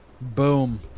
boom